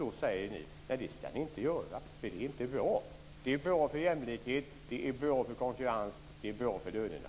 Ni säger att de inte ska göra det därför att det inte är bra. Det är bra för jämlikheten. Det är bra för konkurrensen. Det är bra för lönerna.